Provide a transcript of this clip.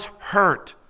hurt